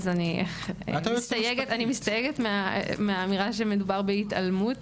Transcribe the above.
אני מסתייגת מהאמירה שמדובר בהתעלמות